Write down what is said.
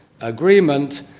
agreement